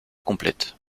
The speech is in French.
complète